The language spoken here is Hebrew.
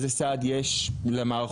איזה סעד יש למערכות